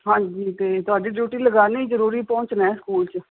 ਹਾਂਜੀ ਅਤੇ ਤੁਹਾਡੀ ਡਿਊਟੀ ਲਗਾਉਣੀ ਜ਼ਰੂਰੀ ਪਹੁੰਚਣਾ ਹੈ ਸਕੂਲ 'ਚ